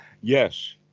Yes